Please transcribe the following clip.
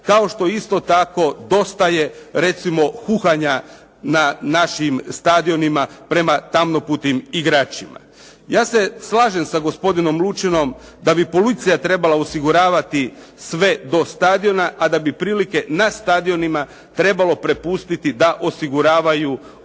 kao što isto tako dosta je recimo huhanja na našim stadionima prema tamnoputim igračima. Ja se slažem sa gospodinom Lučinom da bi policija trebala osiguravati sve do stadiona, a da bi prilike na stadionima trebalo prepustiti da osiguravaju